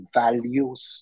values